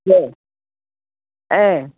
दे